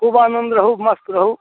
खूब आनन्द रहु मस्त रहु